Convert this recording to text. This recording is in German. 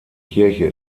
kirche